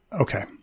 okay